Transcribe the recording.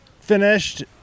Finished